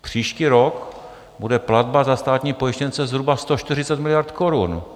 Příští rok bude platba za státní pojištěnce zhruba 140 miliard korun.